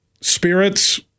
spirits